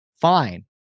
Fine